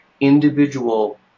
individual